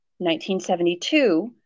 1972